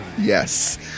Yes